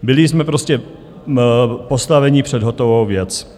Byli jsme prostě postaveni před hotovou věc.